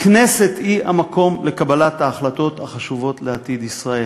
הכנסת היא המקום לקבלת ההחלטות החשובות לעתיד ישראל.